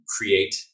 create